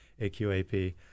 AQAP